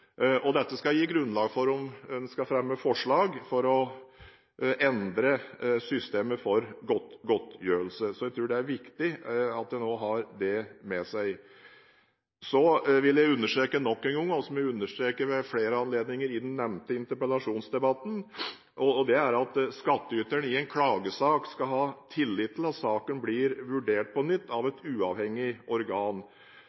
Dette skal gi grunnlag for om man skal fremme forslag for å endre systemet for godtgjørelse. Jeg tror det er viktig at man også har det med seg. Jeg vil understreke nok en gang – og dette understreket jeg ved flere anledninger i den nevnte interpellasjonsdebatten – at skattyteren i en klagesak skal ha tillit til at saken blir vurdert på nytt av et uavhengig organ. Der er det retningslinjer i dag om en